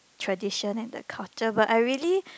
tradition and the culture but I really